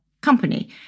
company